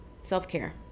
self-care